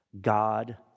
God